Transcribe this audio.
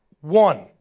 one